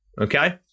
okay